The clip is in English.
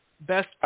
Best